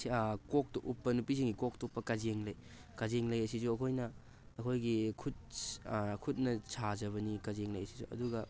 ꯁꯤ ꯀꯣꯛꯇ ꯎꯞꯄ ꯅꯨꯄꯤꯁꯤꯡꯒꯤ ꯀꯣꯛꯇ ꯎꯞꯄ ꯀꯖꯦꯡ ꯂꯩ ꯀꯖꯦꯡ ꯂꯩ ꯑꯁꯤꯁꯨ ꯑꯩꯈꯣꯏꯅ ꯑꯩꯈꯣꯏꯒꯤ ꯈꯨꯠ ꯈꯨꯠꯅ ꯁꯥꯖꯕꯅꯤ ꯀꯖꯦꯡ ꯂꯩ ꯑꯁꯤꯁꯨ ꯑꯗꯨꯒ